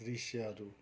दृश्यहरू